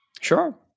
Sure